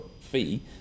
fee